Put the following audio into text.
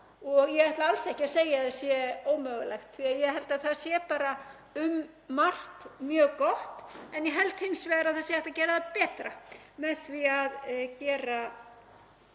Ég ætla alls ekki að segja að það kerfi sé ómögulegt, því að ég held að það sé bara um margt mjög gott, en ég held hins vegar að það sé hægt að gera það betra með því að gera